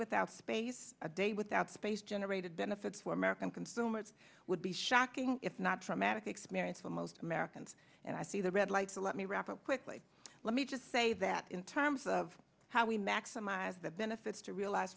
without space a day without space generated benefits for american consumers would be shocking if not traumatic experience for most americans and i see the red light so let me wrap up quickly let me just say that in terms of how we maximize the benefits to realize